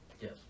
Yes